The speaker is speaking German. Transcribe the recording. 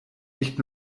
nicht